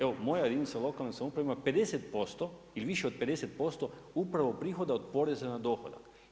Evo moja jedinica lokalne samouprave ima 50% ili više od 50% upravo prihoda od poreza na dohodak.